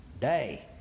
Day